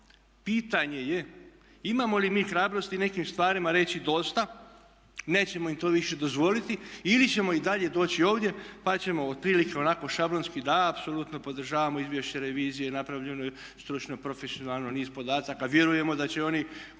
pitanje je imamo li mi hrabrosti nekim stvarima reći dosta, nećemo im to više dozvoliti, ili ćemo i dalje doći ovdje pa ćemo otprilike onako šablonski da apsolutno podržavamo izvješće revizije, napravljeno je stručno, profesionalno, niz podataka, vjerujemo da će oni